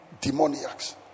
demoniacs